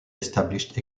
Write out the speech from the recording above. established